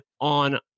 on